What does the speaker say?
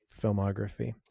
filmography